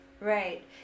Right